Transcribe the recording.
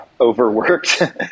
overworked